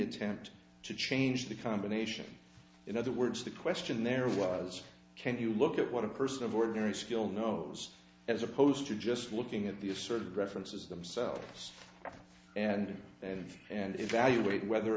attempt to change the combination in other words the question there was can you look at what a person of ordinary skill knows as opposed to just looking at the asserted references themselves and then and evaluate whether